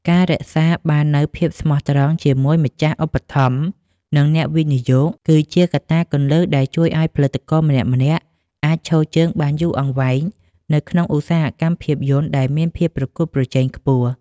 ការរក្សាបាននូវភាពស្មោះត្រង់ជាមួយម្ចាស់ឧបត្ថម្ភ និងអ្នកវិនិយោគ គឺជាកត្តាគន្លឹះដែលជួយឱ្យផលិតករម្នាក់ៗអាចឈរជើងបានយូរអង្វែងនៅក្នុងឧស្សាហកម្មភាពយន្តដែលមានភាពប្រកួតប្រជែងខ្ពស់។